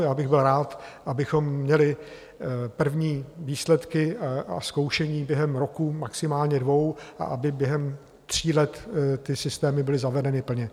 Já bych byl rád, abychom měli první výsledky a zkoušení během roku, maximálně dvou, a aby během tří let ty systémy byly zavedeny plně.